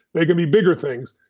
they can be bigger things.